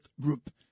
Group